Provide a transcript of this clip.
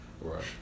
Right